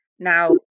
Now